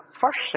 first